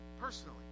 personally